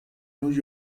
new